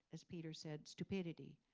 as peter said, stupidity.